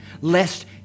lest